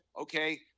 Okay